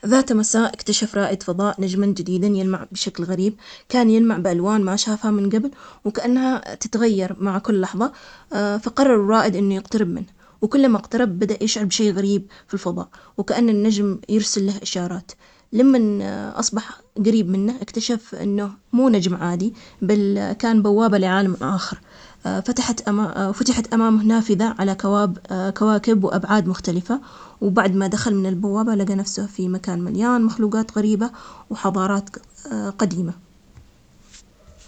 ذا مساء اكتشف رائد فضاء نجم جديد يلمع بشكل غريب, وقرر يقترب منه, لقى النجم يرسل أشعة ملونة, بدأ يسجل ملاحظاته وفجأة جمع صوت يقول, أنا هنا لأرشدك, كان النجم يتحدث, وشاف إن النجم مليان أسرار عن الكون, وقرر إنه يكتشف العالم معاه, ويخبرهم عن جمال الفضاء وأهمية المحافظة عليه ومن ذاك اليوم أصبحوا أصدقاء.